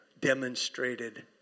demonstrated